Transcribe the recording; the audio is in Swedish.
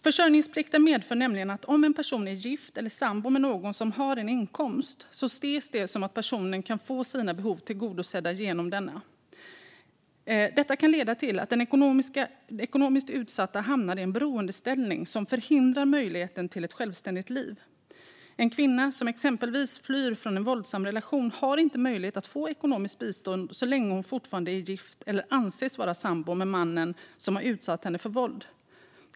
Försörjningsplikten medför nämligen att om en person är gift eller sambo med någon som har en inkomst anses det att personen kan få sina behov tillgodosedda genom denna. Detta kan leda till att den ekonomiskt utsatta hamnar i en beroendeställning som förhindrar möjligheten till ett självständigt liv. En kvinna som exempelvis flyr från en våldsam relation har inte möjlighet att få ekonomiskt bistånd så länge hon fortfarande är gift eller anses vara sambo med mannen som har utsatt henne för våld.